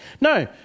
No